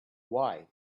why